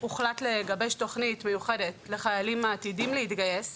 הוחלט לגבש תוכנית מיוחדת לחיילים העתידים להתגייס,